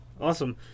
awesome